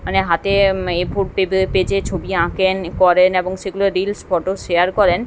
মানে হাতে A four পেবে পেজে ছবি আঁকেন করেন এবং সেগুলো রিলস ফটো শেয়ার করেন